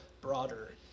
broader